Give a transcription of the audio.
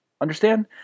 Understand